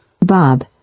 Bob